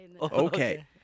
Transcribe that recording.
Okay